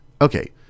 Okay